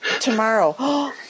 tomorrow